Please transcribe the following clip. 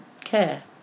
care